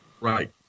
Right